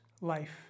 life